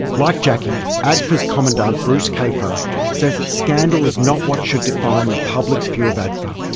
like jackie, adfa's commandant bruce kafer says that scandal is not what should define the public's view of adfa.